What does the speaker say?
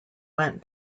went